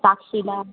साक्षीला